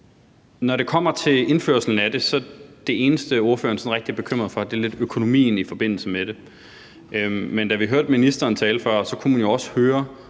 Når det kommer til indførelsen af det, er det eneste, som ordføreren sådan er bekymret for, lidt økonomien i forbindelse med det. Men da vi hørte ministeren tale før, kunne vi jo også høre,